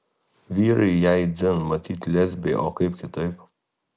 vyrai jai dzin matyt lesbė o kaip kitaip